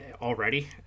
already